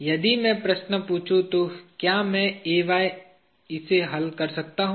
यदि मैं प्रश्न पूछूं तो क्या मैं इसे हल कर सकता हूं